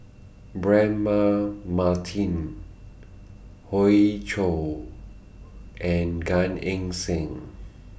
Braema Mathi Hoey Choo and Gan Eng Seng